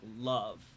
love